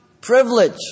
privilege